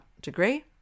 degree